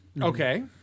Okay